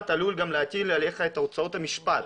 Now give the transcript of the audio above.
גם עלול להטיל עליך את הוצאות המשפט.